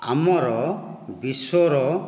ଆମର ବିଶ୍ଵର